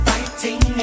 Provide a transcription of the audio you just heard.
Fighting